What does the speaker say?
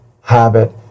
habit